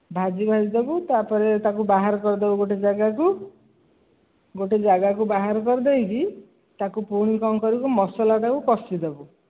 ଭାଜି ଭାଜି ଦେବୁ ତା'ପରେ ତାକୁ ବାହାର କରିଦେବୁ ଗୋଟେ ଜାଗାକୁ ଗୋଟେ ଜାଗାକୁ ବାହାର କରିଦେଇକି ତାକୁ ପୁଣି କ'ଣ କରିବୁ ମସଲାଟାକୁ କଷି ଦେବୁ